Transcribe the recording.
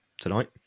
tonight